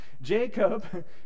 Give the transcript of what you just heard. Jacob